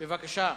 בבקשה,